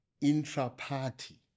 intra-party